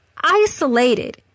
isolated